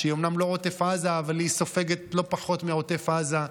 ואומנם היא לא עוטף עזה אבל היא סופגת לא פחות מעוטף עזה,